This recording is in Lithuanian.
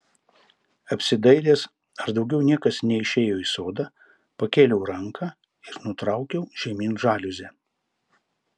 apsidairęs ar daugiau niekas neišėjo į sodą pakėliau ranką ir nutraukiau žemyn žaliuzę